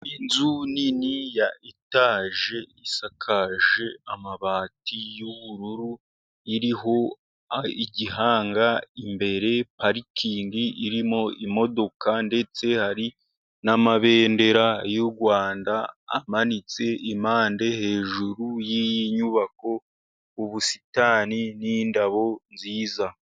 Inzu nini ya etaje isakaje amabati y'ubururu, iriho igihanga imbere, parikingi irimo imodoka, ndetse hari n'amabendera y'u Rwanda amanitse impande, hejuru y'iyi nyubako ubusitani n'indabo nziza.